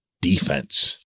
defense